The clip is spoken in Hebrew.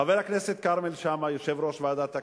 חבר הכנסת כרמל שאמה, יושב-ראש ועדת הכלכלה,